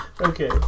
Okay